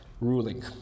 ruling